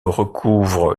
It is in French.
recouvre